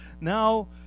Now